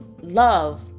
love